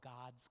God's